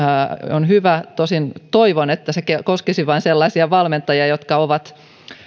on hyvä tosin toivon että se koskisi vain sellaisia valmentajia jotka ovat